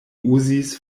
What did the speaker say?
uzis